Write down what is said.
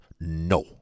no